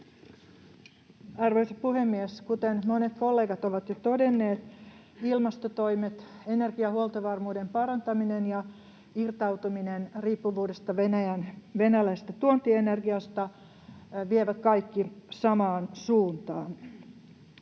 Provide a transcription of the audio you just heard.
Arvoisa puhemies! Kuten monet kollegat ovat jo todenneet, ilmastotoimet, energiahuoltovarmuuden parantaminen ja irtautuminen riippuvuudesta venäläisestä tuontienergiasta vievät kaikki samaan suuntaan.